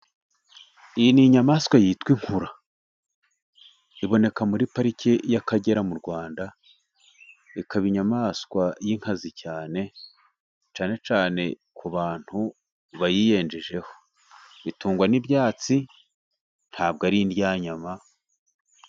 Iyi ni inyamaswa yitwa inkura. Iboneka muri pariki y'Akagera mu Rwanda ikaba inyamaswa y'inkazi ,cyane cyane ku bantu bayiyenjejeho. Itungwa n'ibyatsi ntabwo ari indyanyama.